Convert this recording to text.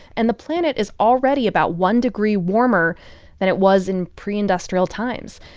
and the planet is already about one degree warmer than it was in preindustrial times.